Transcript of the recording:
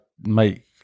make